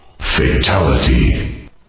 Fatality